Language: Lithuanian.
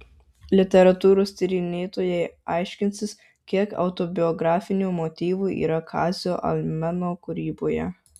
literatūros tyrinėtojai aiškinsis kiek autobiografinių motyvų yra kazio almeno kūryboje